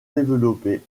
développé